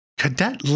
Cadet